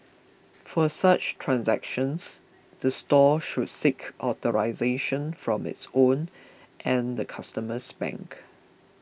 for such transactions the store should seek authorisation from its own and the customer's bank